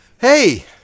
Hey